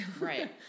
Right